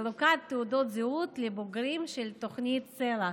חלוקת תעודות זהות לבוגרים של תוכנית סל"ע,